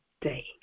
day